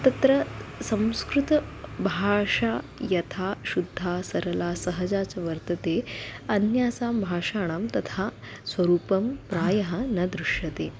तत्र संस्कृतभाषा यथा शुद्धा सरला सहजा च वर्तते अन्यासां भाषाणां तथा स्वरूपं प्रायः न दृश्यते